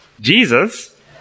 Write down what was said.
Jesus